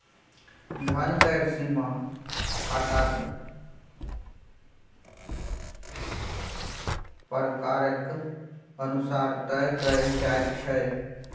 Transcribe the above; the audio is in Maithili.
धन केर सीमा खाताक प्रकारेक अनुसार तय कएल जाइत छै